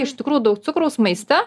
iš tikrųjų daug cukraus maiste